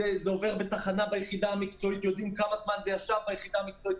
זה עובר בתחנה ביחידה המקצועית ויודעים כמה זמן זה ישב ביחידה המקצועית,